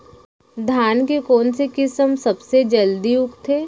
धान के कोन से किसम सबसे जलदी उगथे?